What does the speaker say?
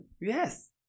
Yes